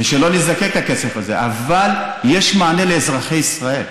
ושלא נזדקק לכסף הזה, אבל יש מענה לאזרחי ישראל.